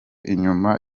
inyuma